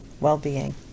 well-being